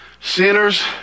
sinners